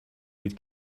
would